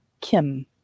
Kim